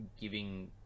giving